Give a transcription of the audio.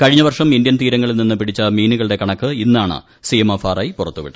കഴിഞ്ഞ വർഷം ഇന്ത്യൻ തീരങ്ങളിൽ നിന്ന് പിടിച്ച മീനുകളുടെ കണക്ക് ഇന്നാണ് സിഎംഎഫ്ആർ ഐ പുറത്തുവിട്ടത്